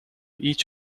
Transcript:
each